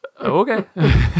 Okay